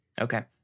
okay